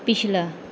ਪਿਛਲਾ